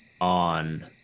on